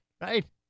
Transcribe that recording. right